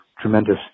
tremendous